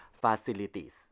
Facilities